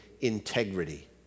integrity